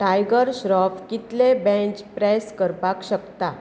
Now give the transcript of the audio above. tiger Shroff कितलें bench press करपाक शकता